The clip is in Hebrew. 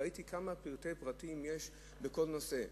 ראיתי כמה פרטי פרטים יש בכל נושא.